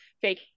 fake